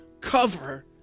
cover